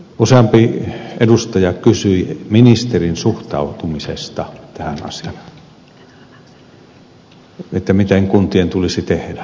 useampi edustaja kysyi ministerin suhtautumisesta tähän asiaan että miten kuntien tulisi tehdä